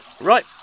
Right